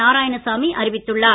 நாராயணசாமி அறிவித்துள்ளார்